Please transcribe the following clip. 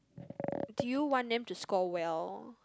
do you want them to score well